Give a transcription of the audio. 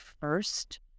first